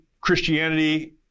Christianity